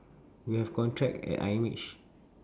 we have contract at I_M_H